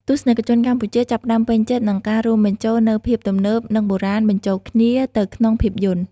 ទស្សនិកជនកម្ពុជាចាប់ផ្ដើមពេញចិត្តនឹងការរួមបញ្ចូលនូវភាពទំនើប និង បុរាណបញ្ចូលគ្នាទៅក្នុងភាពយន្ត។